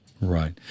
Right